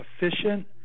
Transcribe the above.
efficient